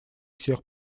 всех